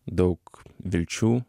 daug vilčių